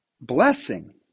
blessing